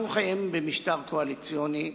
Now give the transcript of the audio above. אנחנו חיים במשטר קואליציוני.